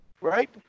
right